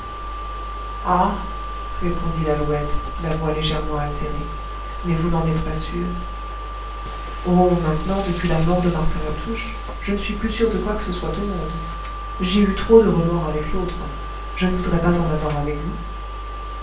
répondit lalouette la voix légèrement altérée mais vous n'en êtes pas sûr oh maintenant depuis la mort de martin latouche je ne suis plus sûr de quoi que ce soit au monde j'ai eu trop de remords avec l'autre je ne voudrais pas en avoir avec vous